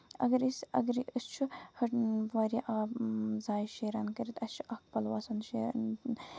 اَگر أسۍ اَگرٕے أسۍ چھِ واریاہ آب زایہِ شیران کٔرِتھ اَسہِ چھُ اکھ پَلو آسان شیرُن